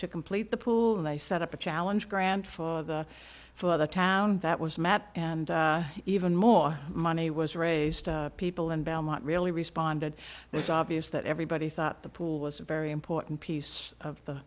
to complete the pool they set up a challenge grant for the for the town that was mad and even more money was raised people in belmont really responded it was obvious that everybody thought the pool was a very important piece of the